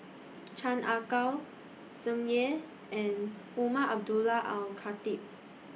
Chan Ah Kow Tsung Yeh and Umar Abdullah Al Khatib